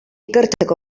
ikertzeko